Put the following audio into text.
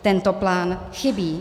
Tento plán chybí.